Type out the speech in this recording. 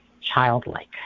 childlike